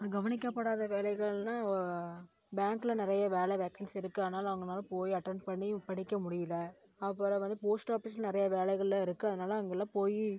இது கவனிக்கப்பாடாத வேலைகள்னா பேங்க்கில் நிறைய வேலை வேக்கன்ஸி இருக்குது ஆனாலும் அவுங்களால போய் அட்டெண்ட் பண்ணி படிக்க முடியல அப்புறம் வந்து போஸ்ட் ஆபிஸில் நிறைய வேலைகள்லாம் இருக்குது அதனால் அங்கேல்லாம் போய்